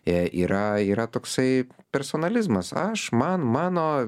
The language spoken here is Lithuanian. jei yra yra toksai personalizmas aš man mano